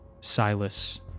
Silas